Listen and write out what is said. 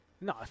no